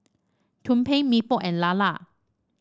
tumpeng Mee Pok and lala